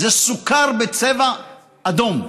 זה סוכר בצבע אדום.